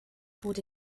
wurde